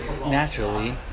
naturally